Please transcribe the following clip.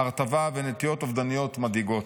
הרטבה ונטיות אובדניות מדאיגות.